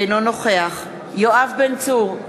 אינו נוכח יואב בן צור,